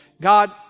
God